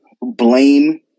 blame